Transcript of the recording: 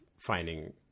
finding